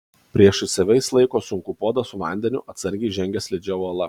priešais save jis laiko sunkų puodą su vandeniu atsargiai žengia slidžia uola